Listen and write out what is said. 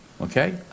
Okay